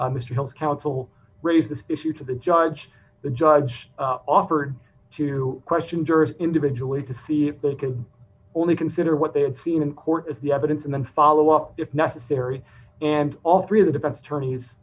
hill's counsel raised this issue to the judge the judge offered to question jurors individually to see if they could only consider what they had seen in court as the evidence and then follow up if necessary and all three of the defense